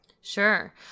Sure